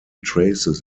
traces